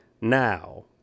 Now